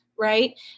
Right